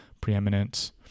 preeminent